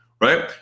right